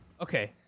Okay